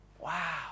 Wow